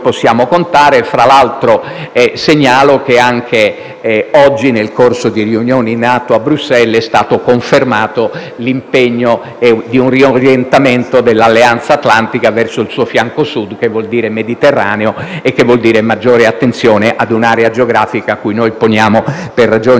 possiamo contare. Tra l'altro, segnalo che anche oggi, nel corso di riunioni NATO a Bruxelles, è stato confermato l'impegno a un riorientamento dell'Alleanza atlantica verso il suo fianco Sud, il che vuol dire Mediterraneo e maggiore attenzione a un'area geografica cui noi rivolgiamo, per ragioni